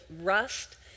rust